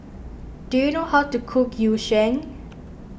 do you know how to cook Yu Sheng